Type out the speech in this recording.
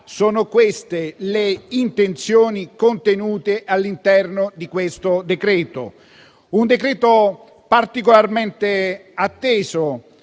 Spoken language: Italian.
sono queste le intenzioni contenute all'interno di questo decreto. Un decreto particolarmente atteso